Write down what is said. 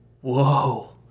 Whoa